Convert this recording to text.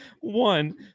One